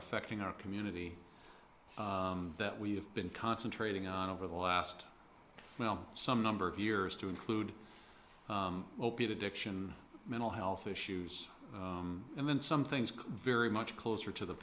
affecting our community that we have been concentrating on over the last well some number of years to include opiate addiction mental health issues and in some things very much closer to the